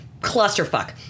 clusterfuck